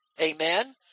Amen